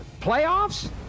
playoffs